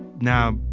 now,